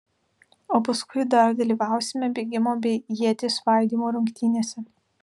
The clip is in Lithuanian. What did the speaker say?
o paskui dar dalyvausime bėgimo bei ieties svaidymo rungtynėse